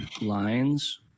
lines